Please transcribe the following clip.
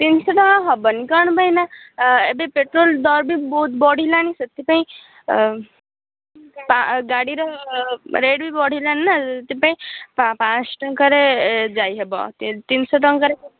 ତିନିଶହ ଟଙ୍କା ହେବନି କ'ଣ ପାଇଁ ନା ଏବେ ପେଟ୍ରୋଲ ଦର ବି ବହୁତ ବଢ଼ିଲାଣି ସେଥିପାଇଁ ପା ଗାଡ଼ିର ରେଟ୍ ବି ବଢ଼ିଲାଣି ନା ସେଥିପାଇଁ ପାଞ୍ଚଶହ ଟଙ୍କାରେ ଯାଇ ହେବ ତିନିଶହ ଟଙ୍କାରେ